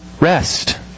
rest